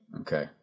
Okay